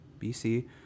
BC